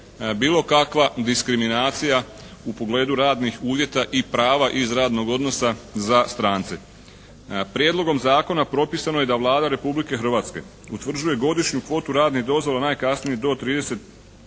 bilo kakva diskriminacija u pogledu radnih uvjeta i prava iz radnog odnosa za strance. Prijedlogom zakona propisano je da Vlada Republike Hrvatske utvrđuje godišnju kvotu radnih dozvola najkasnije do 31.